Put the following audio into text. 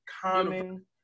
common